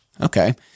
Okay